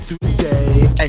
Today